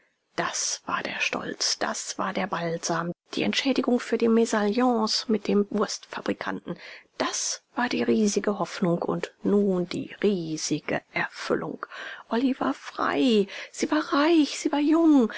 das war der stolz das war der balsam die entschädigung für die mesalliance mit dem wurstfabrikanten das war die riesige hoffnung und nun die riesige erfüllung olly war frei sie war reich sie war jung